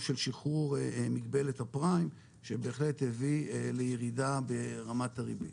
של שחרור מגבלת הפריים שבהחלט הביא לירידה ברמת הריבית.